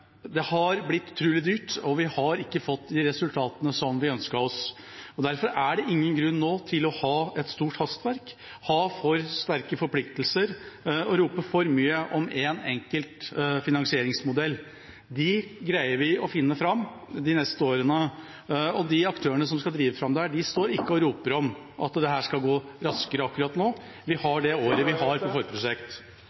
Det har blitt utrolig dyrt, og vi har ikke fått de resultatene vi ønsket. Derfor er det ingen grunn nå til å ha noe stort hastverk, ha for sterke forpliktelser og rope for mye om én enkelt finansieringsmodell. De greier vi å finne fram til de neste årene, og de aktørene som skal drive fram dette, står ikke og roper om at dette skal gå raskere akkurat nå. Vi